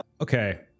Okay